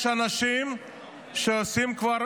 יש אנשים שעושים כבר